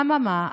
אממה,